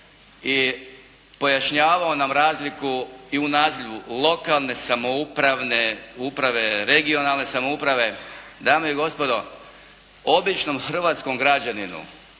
i pojašnjavao nam razliku i u nazivu lokalne samoupravne, uprave, regionalne samouprave. Dame i gospodo običnom hrvatskom građaninu